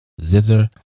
zither